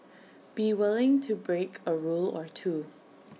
be willing to break A rule or two